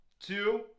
two